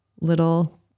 little